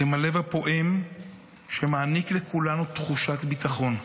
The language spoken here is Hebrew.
אתם הלב הפועם שמעניק לכולנו תחושת ביטחון,